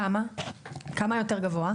כמה יותר גבוה?